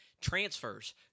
transfers